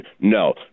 no